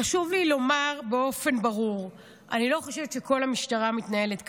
חשוב לי לומר באופן ברור: אני לא חושבת שכל המשטרה מתנהלת ככה,